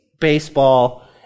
baseball